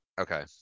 Okay